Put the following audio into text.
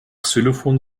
xylophon